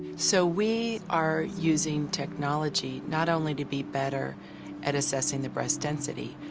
so, we are using technology not only to be better at assessing the breast density,